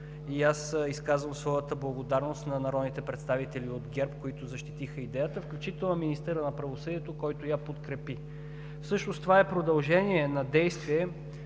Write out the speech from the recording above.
и аз изказвам своята благодарност на народните представители от ГЕРБ, които защитиха идеята, включително на министъра на правосъдието, който я подкрепи. Това всъщност е продължение на действие,